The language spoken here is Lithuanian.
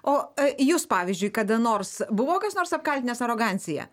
o jus pavyzdžiui kada nors buvo kas nors apkaltinęs arogancija